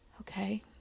Okay